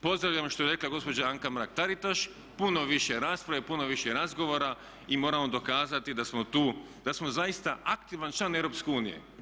Pozdravljam što je rekla gospođa Anka Mrak Taritaš, puno više rasprave, puno više razgovora i moramo dokazati da smo tu, da smo zaista aktivan član EU.